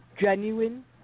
genuine